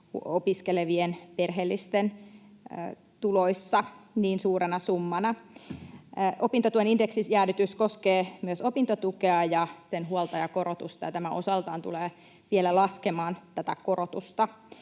opiskelevien perheellisten tuloissa niin suurena summana. Opintotuen indeksijäädytys koskee myös opintotukea ja sen huoltajakorotusta, ja tämä osaltaan tulee vielä laskemaan tätä korotusta.